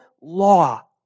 law